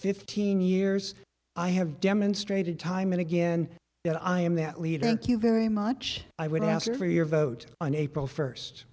fifteen years i have demonstrated time and again that i am that lead you very much i would ask for your vote on april first